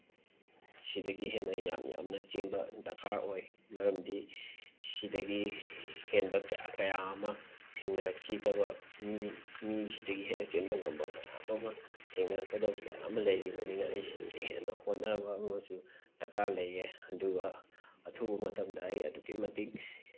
ꯁꯤꯗꯒꯤ ꯍꯦꯟꯅ ꯌꯥꯝ ꯌꯥꯝꯅ ꯆꯦꯟꯕ ꯗꯔꯀꯥꯔ ꯑꯣꯏ ꯃꯔꯝꯗꯤ ꯁꯤꯗꯒꯤ ꯍꯦꯟꯕ ꯀꯌꯥ ꯀꯌꯥ ꯑꯃ ꯊꯦꯡꯅꯔꯛꯈꯤꯗꯕ ꯃꯤ ꯃꯤꯁꯤꯗꯒꯤ ꯍꯦꯟꯅ ꯆꯦꯟꯕ ꯉꯝꯕ ꯃꯌꯥꯝ ꯑꯃ ꯊꯦꯡꯅꯔꯛꯀꯗꯕ ꯀꯌꯥ ꯑꯃ ꯂꯩꯔꯤꯕꯅꯤꯅ ꯑꯩ ꯁꯤꯗꯒꯤ ꯍꯦꯟꯅ ꯍꯣꯠꯅꯕ ꯑꯃꯁꯨ ꯗꯔꯀꯥꯔ ꯂꯩꯌꯦ ꯑꯗꯨꯒ ꯑꯊꯨꯕ ꯃꯇꯝꯗ ꯑꯩ ꯑꯗꯨꯛꯀꯤ ꯃꯇꯤꯛ